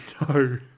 No